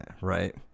right